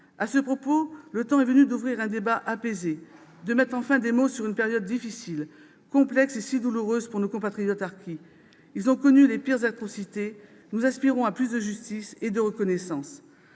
À ce propos, le temps est venu d'ouvrir un débat apaisé, de mettre enfin des mots sur une période difficile, complexe et si douloureuse pour nos compatriotes harkis. Ils ont connu les pires atrocités ; nous aspirons pour eux à plus de justice et de reconnaissance.